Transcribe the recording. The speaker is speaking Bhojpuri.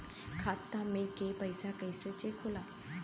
खाता में के पैसा कैसे चेक होला?